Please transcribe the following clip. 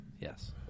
Yes